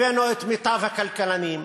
הבאנו את מיטב הכלכלנים,